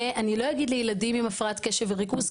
אני לא אגיד לילדים עם הפרעת קשב וריכוז,